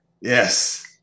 Yes